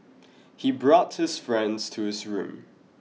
he brought his friends to his room